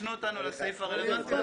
תפנו אותנו לסעיף הרלוונטי,